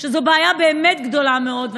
שזו בעיה גדולה מאוד,